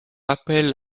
appel